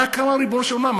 מה קרה, ריבונו של עולם?